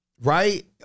Right